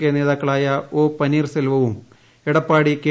K നേതാക്കളായ O പനീർസെൽവവും Edappadi K